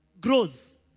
grows